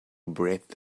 breath